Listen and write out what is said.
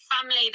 family